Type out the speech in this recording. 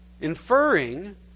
inferring